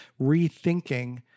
rethinking